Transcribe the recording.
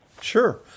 Sure